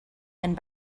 and